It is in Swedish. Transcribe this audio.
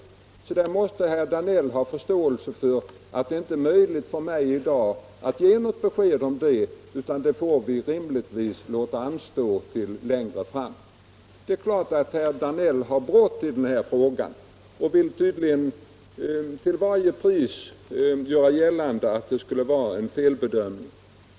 Herr Danell måste ha förståelse för att det inte är möjligt för mig i dag att ge besked om det, utan det får vi rimligtvis låta anstå till längre fram. Det är klart att herr Danell har brått i denna fråga och tydligen till varje pris vill göra gällande att det skulle vara en felbedömning.